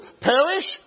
Perish